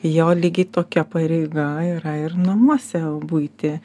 jo lygiai tokia pareiga yra ir namuose buitį